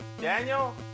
Daniel